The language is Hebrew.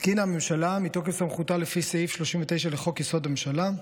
מתוקף סמכותה לפי סעיף 39 לחוק-יסוד: הממשלה,